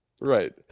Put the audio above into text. Right